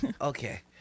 Okay